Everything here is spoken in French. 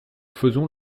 faisons